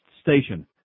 station